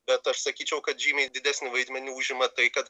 bet aš sakyčiau kad žymiai didesnį vaidmenį užima tai kad